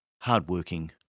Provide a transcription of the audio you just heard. hardworking